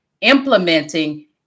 implementing